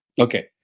Okay